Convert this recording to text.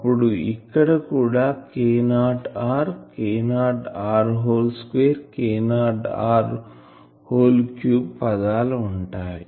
అప్పుడు ఇక్కడ కూడా K0r K0 r whole square K0 r whole cube పదాలు ఉంటాయి